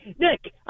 Nick